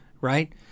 Right